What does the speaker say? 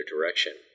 direction